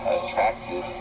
attracted